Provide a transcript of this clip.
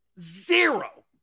Zero